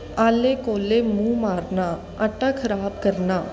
ਆਲੇ ਕੋਲੇ ਮੂੰਹ ਮਾਰਨਾ ਆਟਾ ਖਰਾਬ ਕਰਨਾ